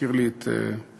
מזכיר לי את ידידי,